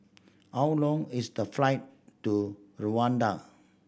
how long is the flight to Rwanda